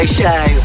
show